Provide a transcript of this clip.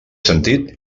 sentit